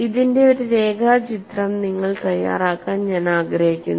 ഇതിന്റെ ഒരു രേഖാചിത്രം നിങ്ങൾ തയ്യാറാക്കാൻ ഞാൻ ആഗ്രഹിക്കുന്നു